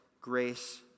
grace